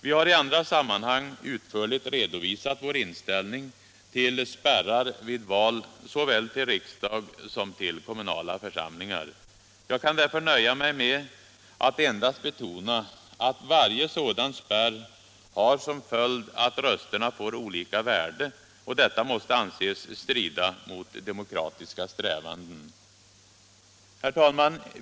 Vi har i andra sammanhang utförligt redovisat vår inställning till spärrar vid val såväl till riksdag som till kommunala församlingar. Jag kan därför nöja mig med att endast betona att varje sådan spärr har som följd att rösterna får olika värde, och detta måste anses strida mot demokratiska strävanden. Herr talman!